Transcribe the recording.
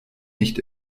nicht